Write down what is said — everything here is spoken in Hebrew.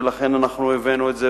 ולכן אנחנו הבאנו את זה,